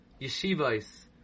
Yeshivas